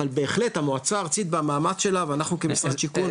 אבל בהחלט המועצה הארצית במאמץ שלה ואנחנו כמשרד השיכון תומכים.